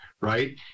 right